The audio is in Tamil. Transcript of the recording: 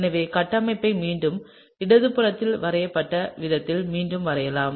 எனவே கட்டமைப்பை மீண்டும் இடதுபுறத்தில் வரையப்பட்ட விதத்தில் மீண்டும் வரையலாம்